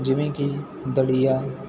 ਜਿਵੇਂ ਕਿ ਦਲੀਆ